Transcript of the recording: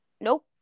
Nope